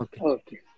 Okay